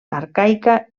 arcaica